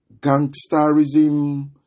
gangsterism